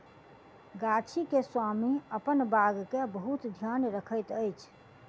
गाछी के स्वामी अपन बाग के बहुत ध्यान रखैत अछि